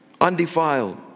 Undefiled